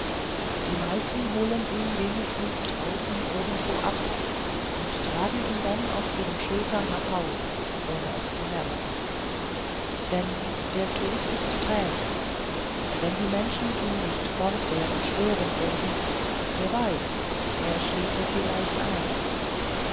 die meisten holen ihn wenigstens draußen irgendwo ab und tragen ihn dann auf ihren schultern nach hause ohne es zu merken denn der tod ist träge wenn die menschen ihn nicht fortwährend stören würden wer weiß er schliefe vielleicht ein